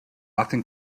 often